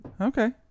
Okay